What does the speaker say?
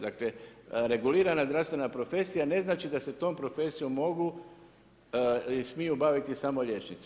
Dakle regulirana zdravstvena profesija ne znači da se tom profesijom mogu i smiju baviti samo liječnici.